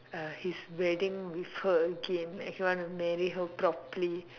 a his wedding with her again he wants to marry her properly